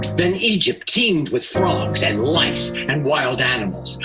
then egypt teamed with frogs and lice and wild animals.